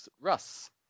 russ